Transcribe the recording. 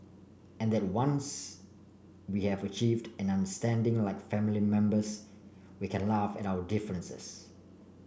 and that once we have achieved an understanding like family members we can laugh at our differences